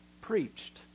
preached